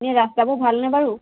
এনেই ৰাস্তাবোৰ ভালনে বাৰু